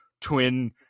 twin